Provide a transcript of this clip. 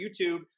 YouTube